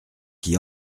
qui